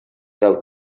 del